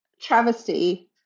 travesty